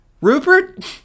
Rupert